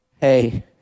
Hey